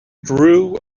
drew